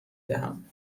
دهم